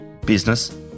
business